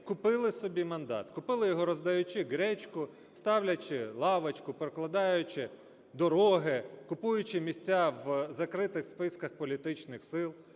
купили собі мандат, купили його, роздаючи гречку, ставлячи лавочку, прокладаючи дороги, купуючи місця в закритих списках політичних сил,